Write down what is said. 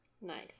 Nice